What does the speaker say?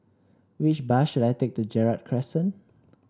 which bus should I take to Gerald Crescent